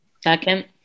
Second